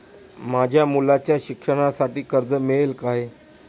माझ्या मुलाच्या शिक्षणासाठी कर्ज मिळेल काय?